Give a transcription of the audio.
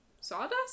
sawdust